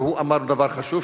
והוא אמר דבר חשוב,